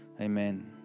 Amen